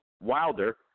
Wilder